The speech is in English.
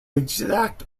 exact